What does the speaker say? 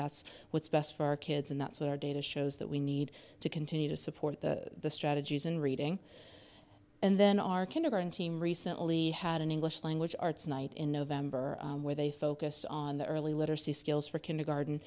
that's what's best for our kids and that's what our data shows that we need to continue to support the strategies in reading and then our kindergarten team recently had an english language arts night in november where they focused on the early literacy skills for kindergarten